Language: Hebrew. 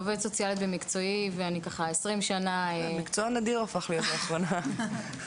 זה הפך להיות מקצוע נדיר לאחרונה.